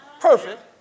perfect